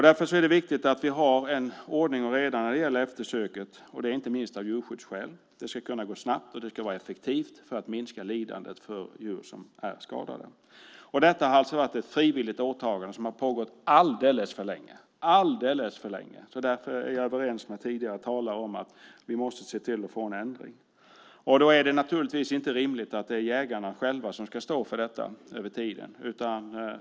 Därför är det viktigt att vi har ordning och reda när det gäller eftersöket, och det inte minst av djurskyddsskäl. Det ska kunna gå snabbt och det ska vara effektivt för att minska lidandet för djur som är skadade. Detta har varit ett frivilligt åtagande som har pågått alldeles för länge. Därför är jag överens med tidigare talare om att vi måste se till att få en ändring. Då är det naturligtvis inte rimligt att det är jägarna själva som ska stå för detta.